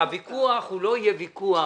הוויכוח הוא לא יהיה ויכוח